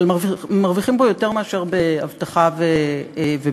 אבל מרוויחים בו יותר מאשר באבטחה ובניקיון.